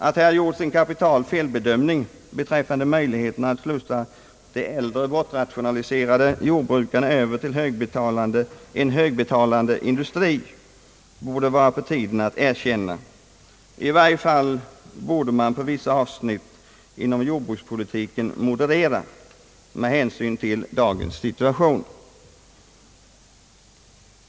Att här gjorts en kapital felbedömning av möjligheterna att slussa de äldre, bortrationaliserade jordbrukarna över till högbetalande industrier borde det vara på tiden att erkänna — i varje fall skulle det på vissa avsnitt inom jordbrukspolitiken vara skäl att moderera med hänsyn till dagens situation.